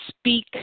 speak